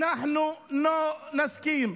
אנחנו לא נסכים.